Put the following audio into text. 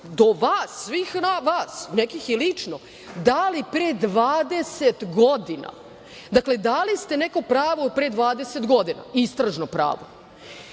do vas, svih vas, nekih i lično, dali pre 20 godina, dali ste neko pravo pre 20 godina, istražno pravo,